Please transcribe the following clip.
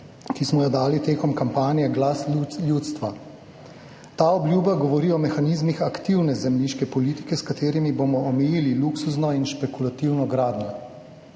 ki smo jo dali tekom kampanje Glas ljudstva. Ta obljuba govori o mehanizmih aktivne zemljiške politike, s katerimi bomo omejili luksuzno in špekulativno gradnjo.